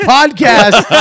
podcast